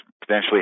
potentially